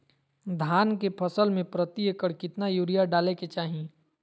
धान के फसल में प्रति एकड़ कितना यूरिया डाले के चाहि?